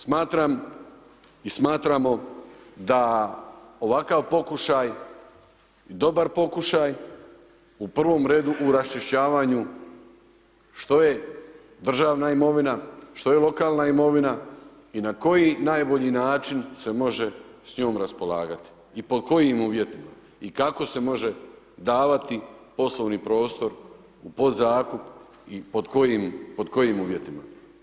Smatram i smatramo da ovakav pokušaj, dobar pokušaj, u prvom redu u raščišćavanju što je državna imovina, što je lokalna imovina i na koji najbolji način se može s njom raspolagati i pod kojim uvjetima i kako se može davit poslovni prostor u podzakup i pod kojim uvjetima.